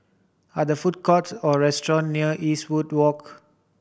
are there food courts or restaurants near Eastwood Walk